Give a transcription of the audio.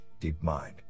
DeepMind